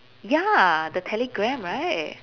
ya the telegram right